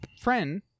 friend